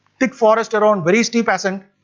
thick forest around very steep ascend.